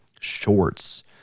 shorts